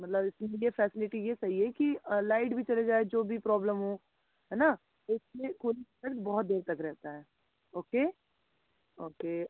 मतलब इसके यह फ़ैसिलिटी यह सही है कि लाइट भी चली जाए जो भी प्रॉब्लम हो है ना तो इसमें कूलिंग इफ़ेक्ट बहुत देर तक रहता है ओके ओके